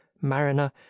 mariner